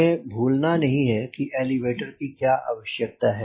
हमें भूलना नहीं है कि एलीवेटर की क्या आवश्यकता है